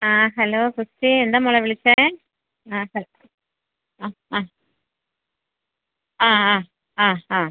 ആ ഹലോ കൊച്ചേ എന്താ മോളെ വിളിച്ചത് ആ ഹലോ അപ്പം ആ ആ ആ ആ